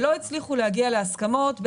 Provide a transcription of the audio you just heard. ולא הצליחו להגיע להסכמות.